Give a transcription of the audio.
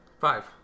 Five